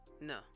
no